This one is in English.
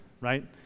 right